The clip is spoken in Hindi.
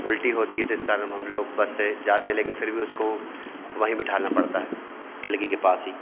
उल्टी होती है तो इस कारण हम लोग बस से जाते हैं लेकिन फिर भी उसको वहीं बिठालना पड़ता है खिड़की के पास ही